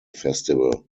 festival